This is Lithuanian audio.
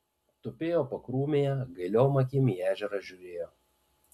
tupėjo pakrūmėje gailiom akim į ežerą žiūrėjo